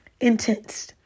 intense